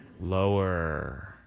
Lower